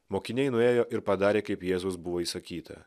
mokiniai nuėjo ir padarė kaip jėzaus buvo įsakyta